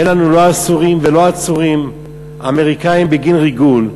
שאין לנו לא אסורים ולא עצורים אמריקנים בגין ריגול,